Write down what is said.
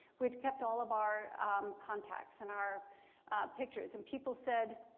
which kept all of our contacts and our pictures. and people said,